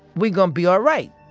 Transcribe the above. we gonna be all right.